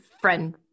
friend